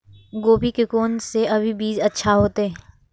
गोभी के कोन से अभी बीज अच्छा होते?